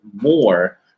more